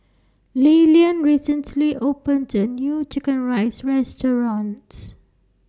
Lilyan recently opened A New Chicken Rice Restaurant